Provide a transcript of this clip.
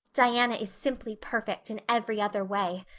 diana is simply perfect in every other way.